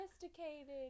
sophisticated